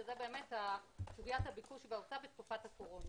שזה באמת סוגיית הביקוש בתקופת הקורונה,